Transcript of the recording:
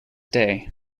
day